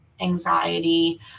anxiety